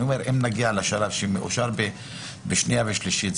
אומר שאם נגיע לשלב שזה מאושר בשנייה ושלישית,